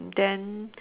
then